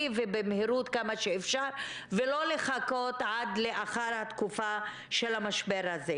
וכמה מאפשרים ליולדת לבדוק את המצב לפני